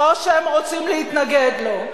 או שהם רוצים להתנגד לו.